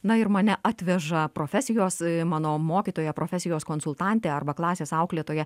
na ir mane atveža profesijos mano mokytoja profesijos konsultantė arba klasės auklėtoja